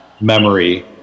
Memory